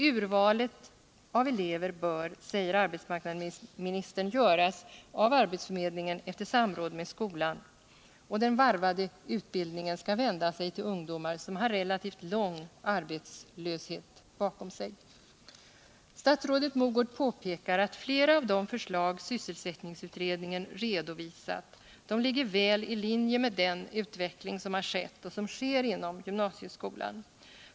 Urvalet av elever bör, säger arbetsmarknadsministern, göras av arbetsförmedlingen efter samråd med skolan och ”den varvade utbildningen” skall vända sig till ungdomar som har relativt lång arbetslöshet bakom sig. Statsrådet Mogård påpekar att flera av de förslag sysselsättningsutredningen redovisat ligger väl i linje med den utveckling som har skett och som sker inom gymnasieskolan.